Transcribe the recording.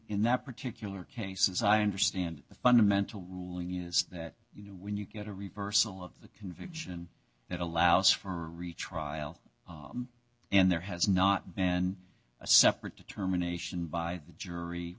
in that particular cases i understand the fundamental ruling is that you know when you get a reversal of the conviction that allows for a retrial and there has not and a separate determination by the jury